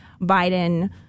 Biden